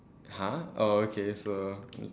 !huh! oh okay so